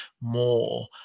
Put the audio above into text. more